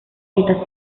estas